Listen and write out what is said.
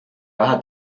raha